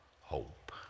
hope